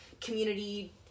community